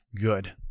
good